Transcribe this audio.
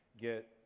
get